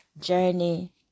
journey